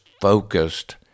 focused